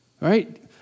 Right